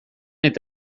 eta